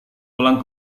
pulang